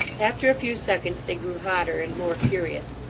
after a few seconds they grew hotter and more furious,